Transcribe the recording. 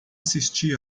assisti